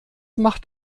macht